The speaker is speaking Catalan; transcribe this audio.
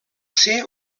ser